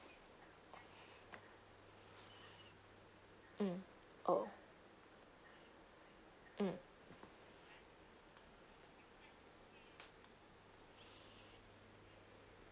mm oh mm